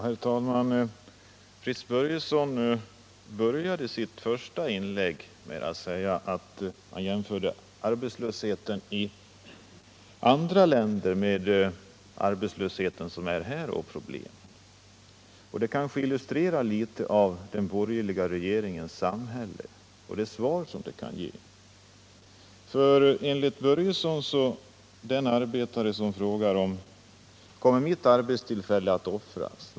Herr talman! Fritz Börjesson började sitt första inlägg med att säga att han jämförde arbetslösheten i andra länder med arbetslösheten och problemen här i landet. En illustration av den borgerliga regeringens samhälle skulle svaren på några av de här frågorna ge: Kommer mitt arbetstillfälle att offras?